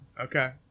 Okay